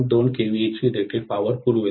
२ केव्हीएची rated power पुरवेल